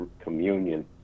communion